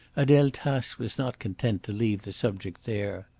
adele tace was not content to leave the subject there.